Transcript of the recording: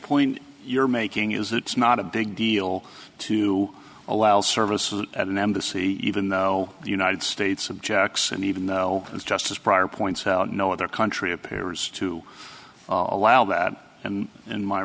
point you're making is it's not a big deal to allow service at an embassy even though the united states objects and even though it's just as prior points no other country appears to allow that and in my